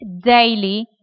daily